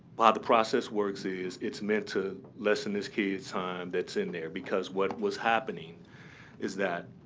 ah the process works is it's meant to lessen this kid's time that's in there, because what was happening is that,